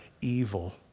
evil